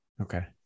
Okay